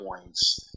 points